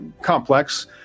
complex